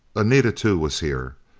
anita too was here.